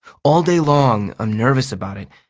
all day long i'm nervous about it.